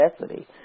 necessity